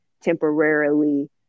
temporarily